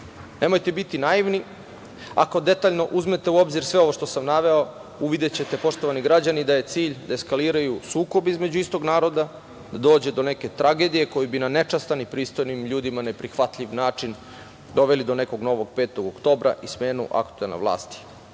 Nemojte biti naivni. Ako detaljno uzmete u obzir sve ovo što sam naveo, uvidećete, poštovani građani, da je cilj da eskaliraju sukob između istog naroda, da dođe do neke tragedije koja bi na nečastan i pristojnim ljudima neprihvatljiv način doveli do nekog novog 5. oktobra i smenu aktuelne vlasti.